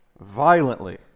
Violently